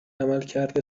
عملکرد